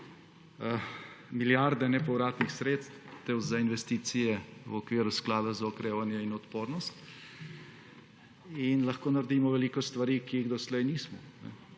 milijarde nepovratnih sredstev za investicije v okviru Sklada za okrevanje in odpornost in lahko naredimo veliko stvari, ki jih doslej nismo.